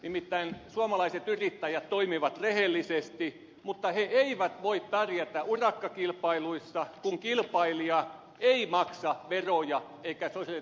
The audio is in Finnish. nimittäin suomalaiset yrittäjät toimivat rehellisesti mutta he eivät voi pärjätä urakkakilpailuissa kun kilpailija ei maksa veroja eikä sosiaaliturvamaksuja